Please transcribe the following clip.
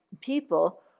People